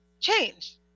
change